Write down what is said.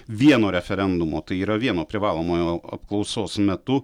vieno referendumo tai yra vieno privalomojo apklausos metu